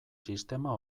sistema